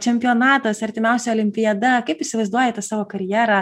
čempionatas artimiausia olimpiada kaip įsivaizduoji tą savo karjerą